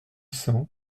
cents